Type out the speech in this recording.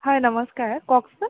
হয় নমস্কাৰ কওকচোন